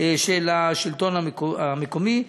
של השלטון המקומי.